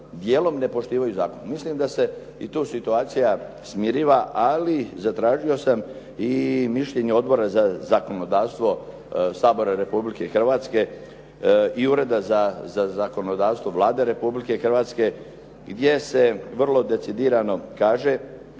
dijelom ne poštivaju zakon. Mislim da se i tu situacija smiriva, ali zatražio sam i mišljenje Odbora za zakonodavstvo Sabora Republike Hrvatske i Ureda za zakonodavstvo Vlade Republike Hrvatske gdje se vrlo decidirano kaže